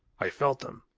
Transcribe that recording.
i felt them.